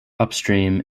upstream